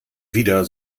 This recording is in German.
wieder